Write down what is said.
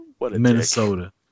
minnesota